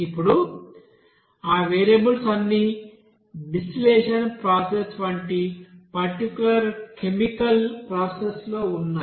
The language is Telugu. ఇప్పుడు ఆ వేరియబుల్స్ అన్నీ డిస్టిలేషన్ ప్రాసెస్ వంటి పర్టికులర్ కెమికల్ ప్రాసెస్ లో ఉన్నాయి